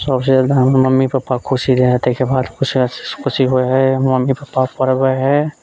सबसे जादा हमर मम्मी पप्पा खुशी रहै ताहिके बाद खुशी होय हय हमरा मम्मी पप्पा पढ़बे हय